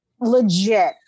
Legit